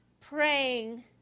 praying